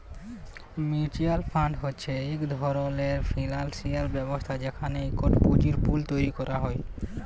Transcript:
mutual fund হছে ইক ধরলের ফিল্যালসিয়াল ব্যবস্থা যেখালে ইকট পুঁজির পুল তৈরি ক্যরা হ্যয়